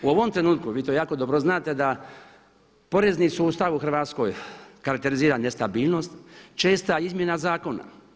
U ovom trenutku, vi to jako dobro znate da porezni sustav u Hrvatskoj karakterizira nestabilnost, česta izmjena zakona.